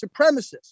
supremacists